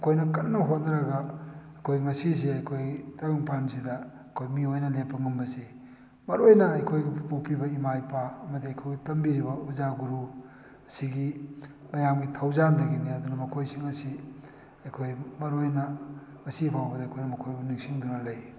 ꯃꯈꯣꯏꯅ ꯀꯟꯅ ꯍꯣꯠꯅꯔꯒ ꯑꯩꯈꯣꯏ ꯉꯁꯤꯁꯦ ꯑꯩꯈꯣꯏ ꯇꯥꯏꯕꯪ ꯄꯥꯟꯁꯤꯗ ꯑꯩꯈꯣꯏ ꯃꯤ ꯑꯣꯏꯅ ꯂꯦꯞꯄ ꯉꯝꯕꯁꯤ ꯃꯔꯨ ꯑꯣꯏꯅ ꯑꯩꯈꯣꯏꯕꯨ ꯄꯣꯛꯄꯤꯕ ꯏꯃꯥ ꯏꯄꯥ ꯑꯃꯗꯤ ꯑꯩꯈꯣꯏꯕꯨ ꯇꯝꯕꯤꯔꯤꯕ ꯑꯣꯖꯥ ꯒꯨꯔꯨ ꯁꯤꯒꯤ ꯃꯌꯥꯝꯒꯤ ꯊꯧꯖꯥꯟꯗꯒꯤꯅꯤ ꯑꯗꯨꯅ ꯃꯈꯣꯏꯁꯤꯡ ꯑꯁꯤ ꯑꯩꯈꯣꯏ ꯃꯔꯨ ꯑꯣꯏꯅ ꯉꯁꯤ ꯐꯥꯎꯕꯗ ꯑꯩꯈꯣꯏꯅ ꯃꯈꯣꯏꯕꯨ ꯅꯤꯡꯁꯤꯡꯗꯨꯅ ꯂꯩ